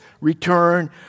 return